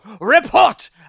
report